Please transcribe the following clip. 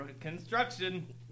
Construction